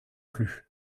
plus